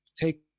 take